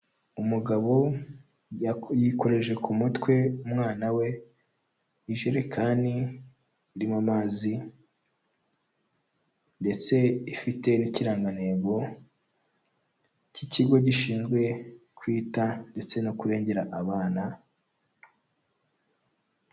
Umugabo yikoreje ku mutwe umwana we ijerekani irimo amazi ndetse ifite n'ikirangantego cy'ikigo gishinzwe kwita ndetse no kurengera abana.